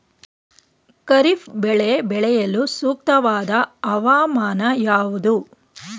ಖಾರಿಫ್ ಬೆಳೆ ಬೆಳೆಯಲು ಸೂಕ್ತವಾದ ಹವಾಮಾನ ಯಾವುದು?